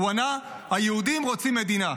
הוא ענה: היהודים רוצים מדינה,